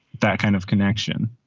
that kind of connection